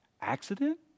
Accident